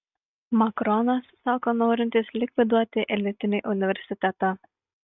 makronas sako norintis likviduoti elitinį universitetą